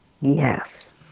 Yes